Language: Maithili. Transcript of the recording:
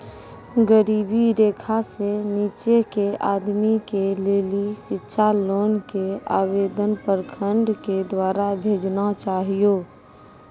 गरीबी रेखा से नीचे के आदमी के लेली शिक्षा लोन के आवेदन प्रखंड के द्वारा भेजना चाहियौ?